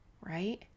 Right